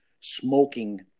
smoking